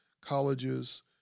colleges